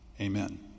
Amen